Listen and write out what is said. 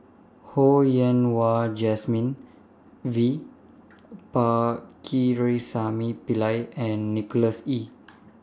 Ho Yen Wah Jesmine V Pakirisamy Pillai and Nicholas Ee